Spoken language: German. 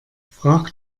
frage